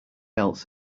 else